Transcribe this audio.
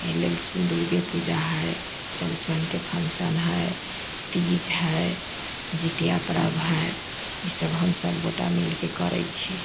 एहि लेल दुर्गे पूजा हय चौरचनके फंक्शन हय तीज हय जितिया परव हय ई सब हम सबगोटा मिलिके करै छी